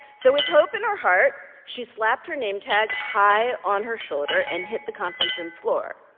so with hope in her heart, she slapped her name tag high on her shoulder and hit the conference room floor.